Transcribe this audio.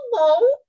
hello